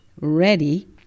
ready